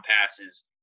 passes